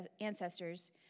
ancestors